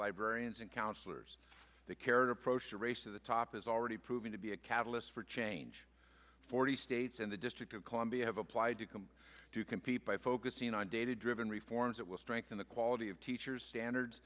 librarians and counselors the carrot approach to race to the top is already proving to be a catalyst for change forty states and the district of columbia have applied to come to compete by focusing on data driven reforms that will strengthen the quality of teachers standards